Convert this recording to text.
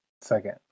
second